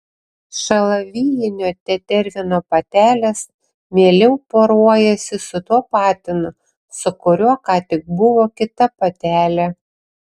šalavijinio tetervino patelės mieliau poruojasi su tuo patinu su kuriuo ką tik buvo kita patelė